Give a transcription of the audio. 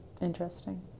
Interesting